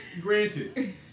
granted